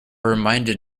reminded